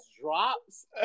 drops